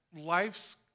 life's